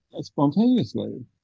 spontaneously